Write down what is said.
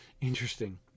Interesting